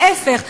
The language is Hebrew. ההפך.